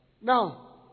Now